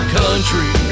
country